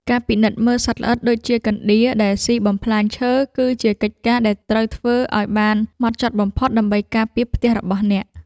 ការពិនិត្យមើលសត្វល្អិតដូចជាកណ្ដៀរដែលស៊ីបំផ្លាញឈើ គឺជាកិច្ចការដែលត្រូវធ្វើឱ្យបានហ្មត់ចត់បំផុតដើម្បីការពារផ្ទះរបស់អ្នក។